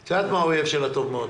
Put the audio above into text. את יודעת מה האויב של הטוב מאוד.